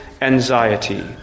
anxiety